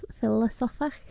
Philosophic